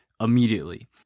immediately